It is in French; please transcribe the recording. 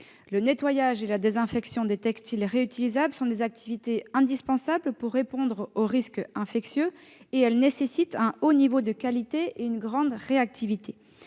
Le nettoyage et la désinfection des textiles réutilisables sont des activités indispensables pour limiter les risques infectieux. Ils nécessitent un haut niveau de qualité et une grande réactivité.